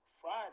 Friday